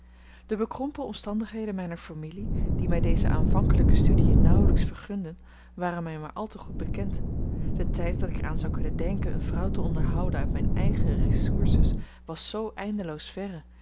de bekrompen omstandigheden mijner familie die mij deze aanvankelijke studiën nauwelijks vergunden waren mij maar al te goed bekend de tijd dat ik er aan zou kunnen denken eene vrouw te onderhouden uit mijne eigene ressources was zoo eindeloos verre